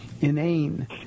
inane